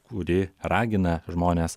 kuri ragina žmones